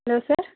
hello sir